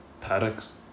paddocks